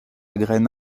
graine